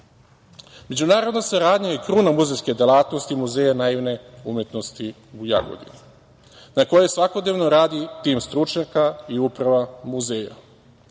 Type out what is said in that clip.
vizionara.Međunarodna saradnja i kruna muzejske delatnosti Muzeja naivne umetnosti u Jagodini na kojoj svakodnevno radi tim stručnjaka i uprava muzeja,